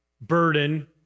burden